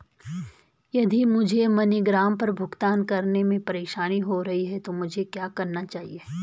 यदि मुझे मनीग्राम पर भुगतान करने में परेशानी हो रही है तो मुझे क्या करना चाहिए?